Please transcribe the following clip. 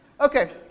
Okay